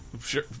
Sure